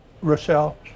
Rochelle